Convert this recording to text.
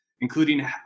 including